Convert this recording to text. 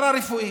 פארה-רפואי,